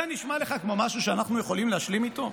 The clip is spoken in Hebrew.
זה נשמע לך כמו משהו שאנחנו יכולים להשלים איתו?